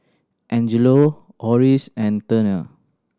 Angelo Oris and Turner